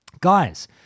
Guys